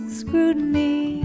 scrutiny